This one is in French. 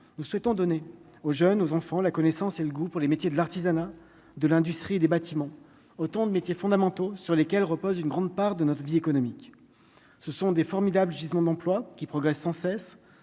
nous souhaitons donner aux jeunes, aux enfants, la connaissance et le goût pour les métiers de l'artisanat de l'industrie des bâtiments, autant de métiers fondamentaux sur lesquels repose une grande part de notre vie économique, ce sont des formidables gisements d'emplois qui progresse sans cesse,